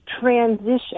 transition